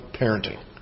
parenting